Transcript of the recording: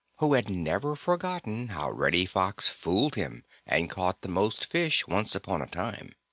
who has never forgotten how reddy fox fooled him and caught the most fish once upon a time.